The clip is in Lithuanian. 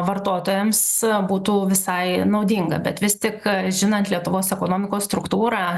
vartotojams būtų visai naudinga bet vis tik žinant lietuvos ekonomikos struktūrą